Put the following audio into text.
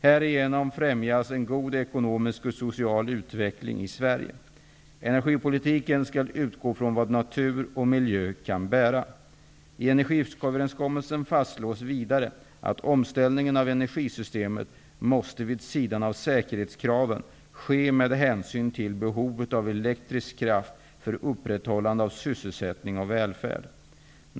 Härigenom främjas en god ekonomisk och social utveckling i Sverige. Energipolitiken skall utgå från vad natur och miljö kan bära. I energiöverenskommelsen fastslås vidare att omställningen av energisystemet måste vid sidan av säkerhetskraven ske med hänsyn till behovet av elektrisk kraft för upprätthållande av sysselsättning och välfärd.